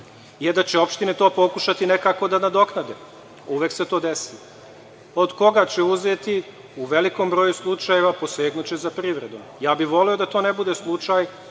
je da će opštine to pokušati nekako da nadoknade, uvek se to desi. Od koga će uzeti? U velikoj broju slučajeva posegnuće za privredom. Voleo bih da to ne bude slučaj,